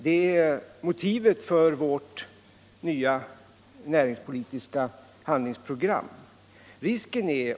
Det är motivet för vårt nya näringspolitiska handlingsprogram.